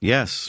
Yes